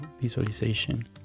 visualization